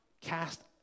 Cast